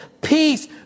peace